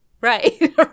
Right